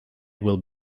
will